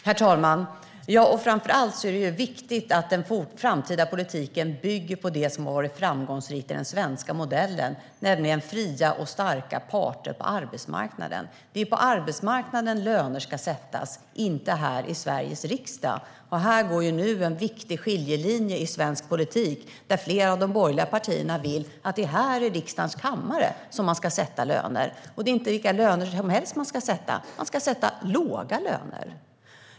Herr talman! Framför allt är det viktigt att den framtida politiken bygger på det som har varit framgångsrikt i den svenska modellen, nämligen fria och starka parter på arbetsmarknaden. Det är på arbetsmarknaden löner ska sättas, inte här i Sveriges riksdag. Här går en viktig skiljelinje i svensk politik. Flera av de borgerliga partierna vill att det är i riksdagens kammare lönerna ska sättas. Och det är inte vilka löner som helst man ska sätta - man ska sätta låga löner.